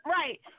right